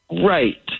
Right